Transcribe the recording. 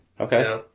Okay